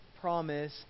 promise